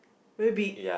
very big